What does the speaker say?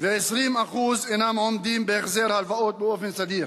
ו-20% אינם עומדים בהחזר הלוואות באופן סדיר.